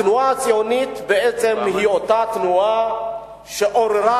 התנועה הציונית היא אותה תנועה שעוררה